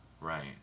right